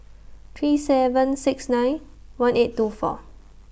three seven six nine one eight two four